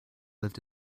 lived